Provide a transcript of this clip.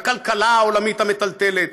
הכלכלה העולמית המיטלטלת,